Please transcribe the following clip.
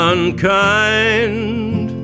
Unkind